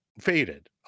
faded